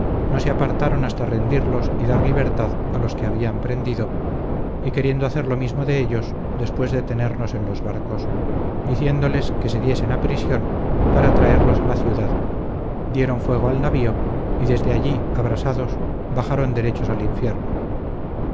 no se apartaron hasta rendirlos y dar libertad a los que habían prendido y queriendo hacer lo mismo de ellos después de tenernos en los barcos diciéndoles que se diesen a prisión para traerlos a la ciudad dieron fuego al navío y desde allí abrasados bajaron derechos al infierno